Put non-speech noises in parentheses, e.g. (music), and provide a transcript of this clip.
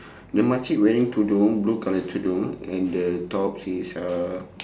(breath) the makcik wearing tudung blue colour tudung and then the top is uh